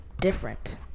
Different